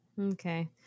Okay